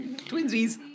Twinsies